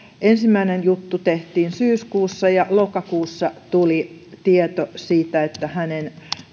ensimmäinen juttu tehtiin syyskuussa ja lokakuussa tuli tieto siitä että hänen